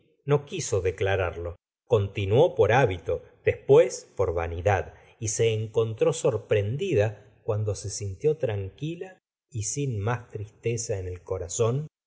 no guiso declararlo continuó por hábito después por vanidad y se encontró sorprendida cuando se sintió tranquila y sin mas tristeza en el corazón